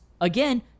again